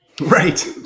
right